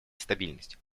стабильность